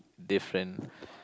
different